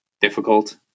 difficult